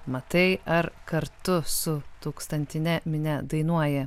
matai ar kartu su tūkstantine minia dainuoji